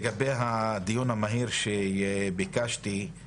לגבי הדיון המהיר שביקשתי,